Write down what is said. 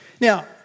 Now